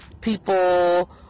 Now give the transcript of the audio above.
people